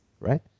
right